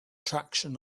traction